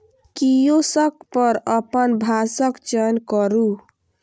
kiosk पर अपन भाषाक चयन करू